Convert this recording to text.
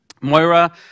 Moira